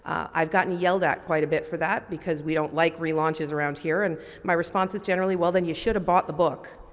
i've gotten yelled at quite a bit for that because we don't like relaunches around here and my response is generally well then you should have bought the book.